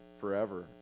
forever